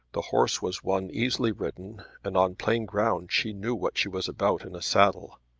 the horse was one easily ridden, and on plain ground she knew what she was about in a saddle.